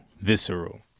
visceral